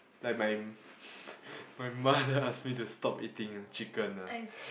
like my my mother ask me to stop eating chicken lah